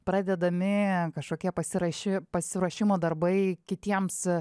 pradedami kažkokie pasiraši pasiruošimo darbai kitiems